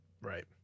Right